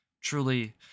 Truly